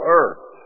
earth